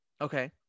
Okay